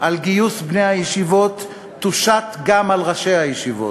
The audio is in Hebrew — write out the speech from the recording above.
לגיוס בני הישיבות תושת גם על ראשי הישיבות.